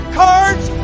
cards